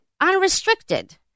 unrestricted